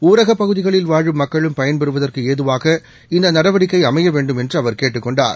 ஊரகப்பகுதிகளில் வாழும் மக்களும் பயன்பெறுவதற்குஏதுவாகஇந்தநடவடிக்கைஅமையவேண்டும் என்றுகேட்டுக் கொண்டார்